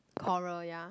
coral ya